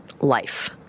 life